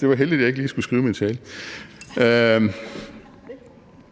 Det var heldigt, at jeg ikke lige skulle skrive min tale.